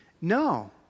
No